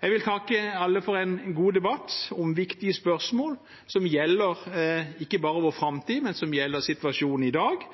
Jeg vil takke alle for en god debatt om viktige spørsmål som gjelder ikke bare vår framtid, men som gjelder situasjonen i dag